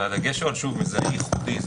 הדגש הוא על מזהה ייחודי,